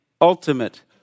ultimate